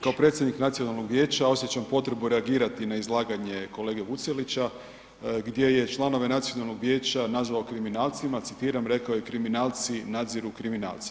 Kao predsjednik Nacionalnog vijeća osjećam potrebu reagirati na izlaganje kolege Vucelića gdje je članove Nacionalnoga vijeća nazvao kriminalcima, citiram, rekao je, kriminalci nadziru kriminalce.